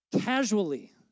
casually